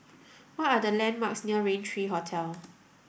what are the landmarks near Raintr Hotel